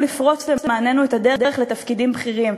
לפרוץ למעננו את הדרך לתפקידים בכירים,